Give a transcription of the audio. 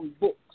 books